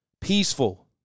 Peaceful